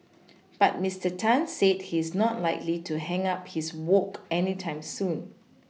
but Mister Tan said he is not likely to hang up his wok anytime soon